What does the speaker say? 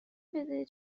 بده